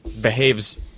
behaves